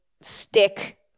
stick